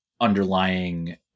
underlying